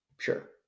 Sure